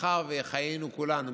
שמאחר שחיינו כולנו,